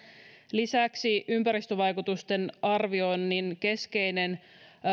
lisäksi ympäristövaikutusten arvioinnin keskeinen